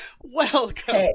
Welcome